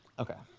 okay.